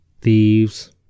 thieves